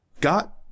got